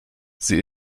sie